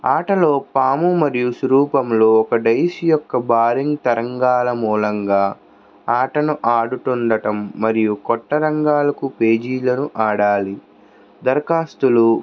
ఆటలో పాము మరియు సురూపములు ఒక డైస్ యొక్క భారీ తరంగాల మూలంగా ఆటను ఆడుతుండం మరియు కొత్త రంగాలకు పేజీలను ఆడాలి దరఖాస్తులు